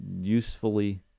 usefully